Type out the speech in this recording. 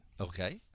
Okay